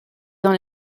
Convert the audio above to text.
dans